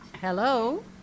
Hello